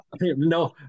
No